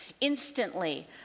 Instantly